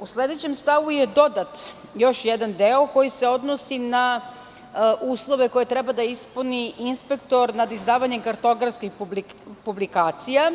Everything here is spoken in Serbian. U sledećem stavu je dodat još jedan deo koji se odnosi na uslove koje treba da ispuni inspektor nad izdavanjem kartografskih publikacija